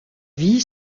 vie